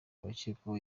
abakekwaho